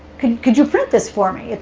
could could you print this for me?